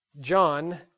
John